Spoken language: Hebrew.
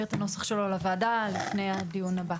את הנוסח שלו לוועדה לפני הדיון הבא.